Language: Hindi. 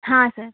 हाँ सर